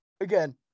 again